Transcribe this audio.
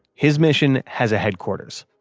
his mission has a headquarters.